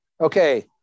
okay